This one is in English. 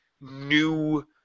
new